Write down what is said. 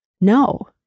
No